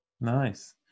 Nice